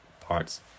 parts